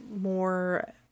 more